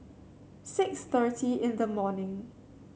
six thirty in the morning